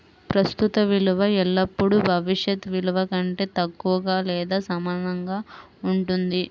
ప్రస్తుత విలువ ఎల్లప్పుడూ భవిష్యత్ విలువ కంటే తక్కువగా లేదా సమానంగా ఉంటుంది